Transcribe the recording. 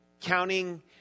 Counting